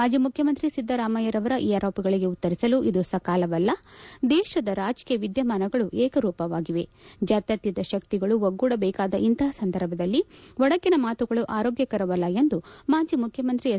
ಮಾಜಿ ಮುಖ್ಯಮಂತ್ರಿ ಸಿದ್ದರಾಮಯ್ಯರವರ ಈ ಆರೋಪಗಳಿಗೆ ಉತ್ತರಿಸಲು ಇದು ಸಕಾಲವಲ್ಲ ದೇಶದ ರಾಜಕೀಯ ವಿದ್ಯಮಾನಗಳು ಏಕರೂಪವಾಗಿವೆ ಜಾತ್ಕಾತೀತ ಶಕ್ತಿಗಳು ಒಗ್ಗೂಡಬೇಕಾದ ಇಂತಹ ಸಂದರ್ಭದಲ್ಲಿ ಒಡಕಿನ ಮಾತುಗಳು ಆರೋಗ್ಯಕರವಲ್ಲ ಎಂದು ಮಾಜಿ ಮುಖ್ಯಮಂತ್ರಿ ಎಚ್